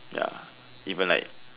ya even like